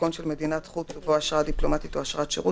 דרכון של מדינת חוץ ובו אשרה דיפלומטית או אשרת שירות,